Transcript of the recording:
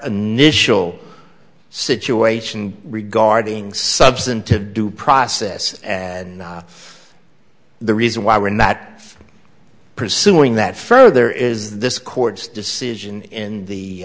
initial situation regarding substantive due process and the reason why we're not pursuing that further is this court's decision in the